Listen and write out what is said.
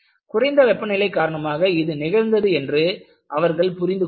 குறைந்த வெப்பநிலை காரணமாக இது நிகழ்ந்தது என்று அவர்கள் புரிந்து கொண்டார்கள்